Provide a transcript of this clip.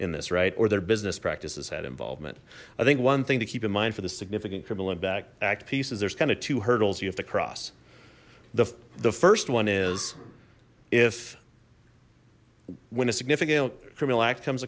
in this right or their business practices had involvement i think one thing to keep in mind for this significant criminal impact act piece is there's kind of two hurdles you have to cross the the first one is if when a significant criminal act comes